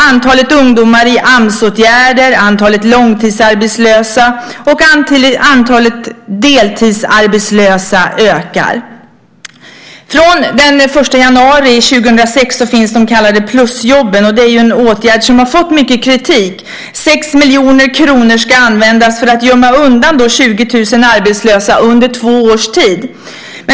Antalet ungdomar i Amsåtgärder, antalet långtidsarbetslösa och antalet deltidsarbetslösa ökar. Från den 1 januari 2006 finns de så kallade plusjobben. Det är en åtgärd som har fått mycket kritik. 6 miljoner kronor ska användas för att gömma undan 20 000 arbetslösa under två års tid.